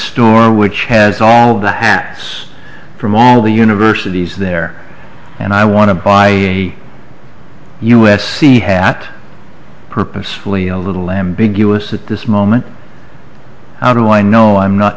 store which has all of the hats from all the universities there and i want to buy a u s c hat purposefully a little ambiguous at this moment how do i know i'm not